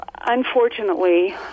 unfortunately